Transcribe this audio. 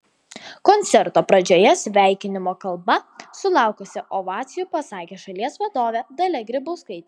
koncerto pradžioje sveikinimo kalbą sulaukusią ovacijų pasakė šalies vadovė dalia grybauskaitė